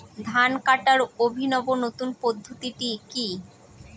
ধান কাটার অভিনব নতুন পদ্ধতিটি কি?